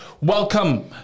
Welcome